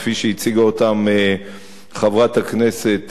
הייתם מבינים מה זה רלוונטי,